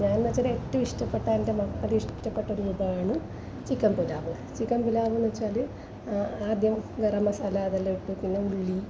ഞാൻ എന്ന് വച്ചാൽ ഏറ്റവും ഇഷ്ടപ്പെട്ട എൻ്റെ മക്കൾക്കിഷ്ടപ്പെട്ട ഒരു വിഭവമാണ് ചിക്കൻ പുലാവ് ചിക്കൻ പുലാവ് എന്ന് വച്ചാല് ആദ്യം ഗരം മസാല അതെല്ലാം ഇട്ട് പിന്നെ ഉള്ളി